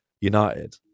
united